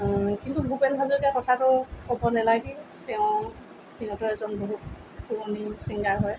কিন্তু ভূপেন হাজৰিকাৰ কথাটো ক'ব নালাগে তেওঁ তেওঁতো এজন বহুত পুৰণি চিংগাৰ হয়